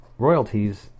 royalties